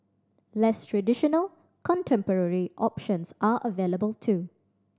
less traditional contemporary options are available too